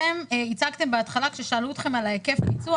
אתם הצגתם בהתחלה כששאלו אתכם על היקף הביצוע,